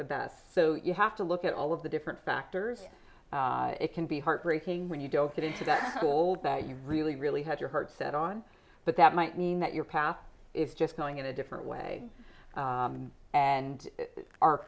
the best so you have to look at all of the different factors it can be heartbreaking when you don't get a hold that you really really had your heart set on but that might mean that your path is just going in a different way and our